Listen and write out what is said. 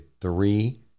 three